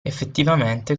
effettivamente